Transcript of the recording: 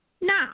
Now